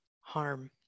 harm